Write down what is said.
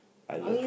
I love